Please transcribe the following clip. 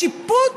השיפוט